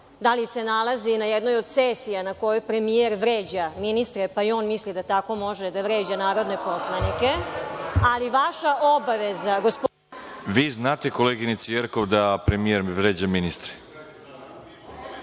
da li se nalazi na jednoj od sesija na kojoj premijer vređa ministre pa i on misli da tako može da vređa narodne poslanike, ali vaša obaveza, gospodine Arsiću… **Veroljub Arsić** Vi znate, koleginice Jerkov, da premijer vređa ministre?